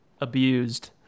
abused